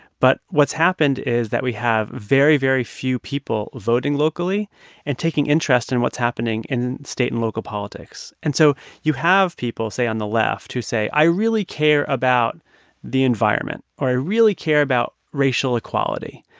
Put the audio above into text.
but what's happened is that we have very, very few people voting locally and taking interest in what's happening in state and local politics and so you have people say on the left who say, i really care about the environment or i really care about racial equality,